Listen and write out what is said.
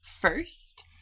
first